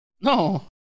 No